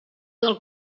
del